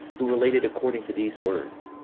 who related according to these words